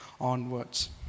onwards